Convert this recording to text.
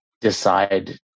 decide